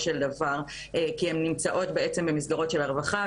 של דבר כי הן נמצאות במסגרות של הרווחה,